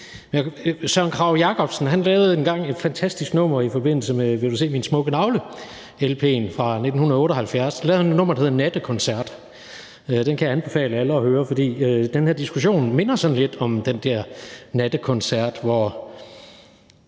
Søren Kragh-Jacobsen, der engang lavede et fantastisk nummer i forbindelse med »Vil du se min smukke navle«, lp'en fra 1978, der hedder »Nattekoncert«, og den kan jeg anbefale alle at høre, for den her diskussion minder sådan lidt om den der nattekoncert, hvor